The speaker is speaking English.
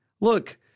look